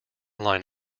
line